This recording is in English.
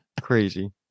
crazy